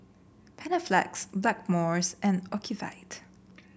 Panaflex Blackmores and Ocuvite